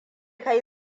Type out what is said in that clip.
kai